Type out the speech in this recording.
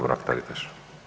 Mrak-Taritaš.